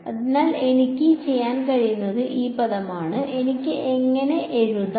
അതിനാൽ എനിക്ക് ചെയ്യാൻ കഴിയുന്നത് ഈ പദമാണ് എനിക്ക് എങ്ങനെ എഴുതാം